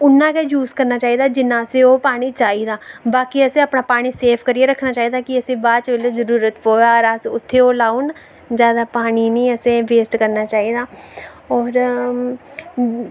गै जूय करना चाहिदा जिन्ना आसें ओह् पानी चाहिदा बाकी आसें अपना पानी सेफ करी रक्खना चाहिदा कि असें बाद च बेल्लै जरुरत पवै अगर अस उत्थै ओह् लाई ओड़न ज्यादा पानी नेईंं आसे बेस्ट करना चाहिदा और